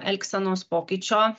elgsenos pokyčio